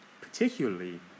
particularly